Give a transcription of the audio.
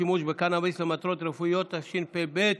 השימוש בקנביס למטרות רפואיות, התשפ"ב.